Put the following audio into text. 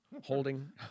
Holding